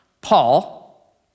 Paul